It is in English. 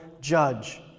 judge